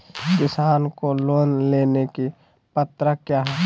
किसान को लोन लेने की पत्रा क्या है?